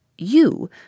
You